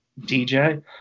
DJ